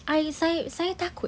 I'll saya saya takut